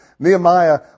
Nehemiah